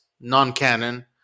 non-canon